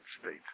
States